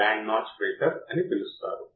ఇప్పుడు ఈ కరెంట్ ఎందుకు ప్రవహిస్తుంది